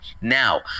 now